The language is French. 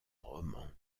roman